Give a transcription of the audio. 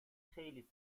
خیلی